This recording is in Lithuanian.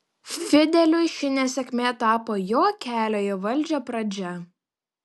fideliui ši nesėkmė tapo jo kelio į valdžią pradžia